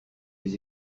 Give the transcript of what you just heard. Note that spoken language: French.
les